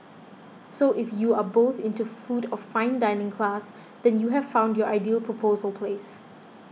so if you are both into food of fine dining class then you have found your ideal proposal place